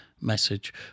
message